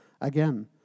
again